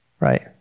Right